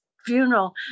funeral